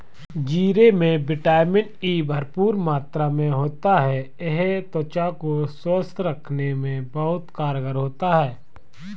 जीरे में vitamin E भरपूर मात्रा में होता है यह त्वचा को स्वस्थ रखने में बहुत कारगर होता है